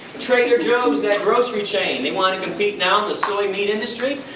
trader joe's, that grocery chain, they want to compete now in the soy meat industry.